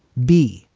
b,